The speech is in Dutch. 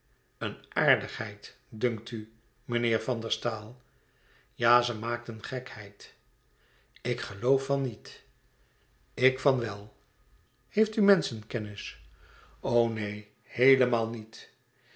een aardigheid dunkt u meneer van der staal ja ze maakten gekheid ik geloof van niet ik van wel heeft u menschenkennis o neen heelemaal niet